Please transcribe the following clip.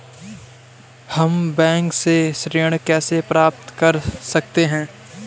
हम बैंक से ऋण कैसे प्राप्त कर सकते हैं?